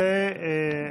שערורייה.